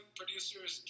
producers